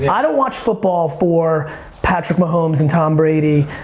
i don't watch football for patrick mahomes and tom brady.